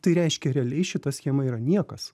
tai reiškia realiai šita schema yra niekas